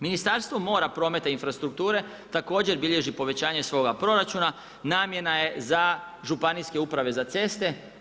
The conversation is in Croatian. Ministarstvo mora, prometa i infrastrukture također bilježi povećanje svoga proračuna, namjena je za županijske uprave za ceste.